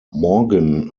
morgen